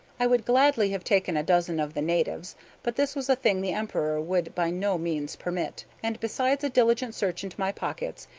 i would gladly have taken a dozen of the natives but this was a thing the emperor would by no means permit, and besides a diligent search into my pockets,